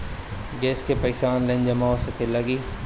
Gas के पइसा online जमा हो सकेला की?